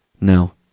No